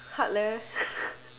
hard leh